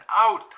out